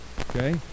okay